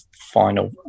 final